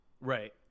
Right